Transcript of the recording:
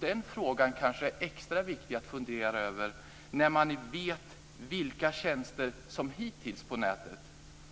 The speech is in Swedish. Den frågan är kanske extra viktig att fundera över när man vet vilka tjänster på nätet som hittills